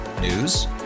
News